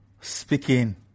speaking